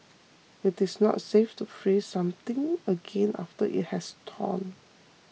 it is not safe to freeze something again after it has thawed